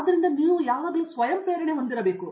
ಆದ್ದರಿಂದ ನೀವು ಆ ಸ್ವಯಂ ಪ್ರೇರಣೆ ಹೊಂದಿರಬೇಕು